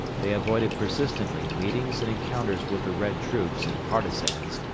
they avoided persistently meetings and encounters with the red troops and partisans,